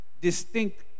distinct